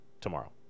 tomorrow